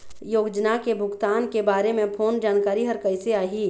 योजना के भुगतान के बारे मे फोन जानकारी हर कइसे आही?